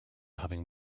having